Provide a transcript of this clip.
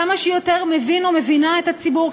כמה שיותר מבין או מבינה את הציבור,